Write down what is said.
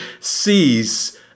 sees